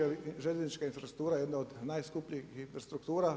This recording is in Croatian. Jer željeznička infrastruktura je jedna od najskupljih struktura.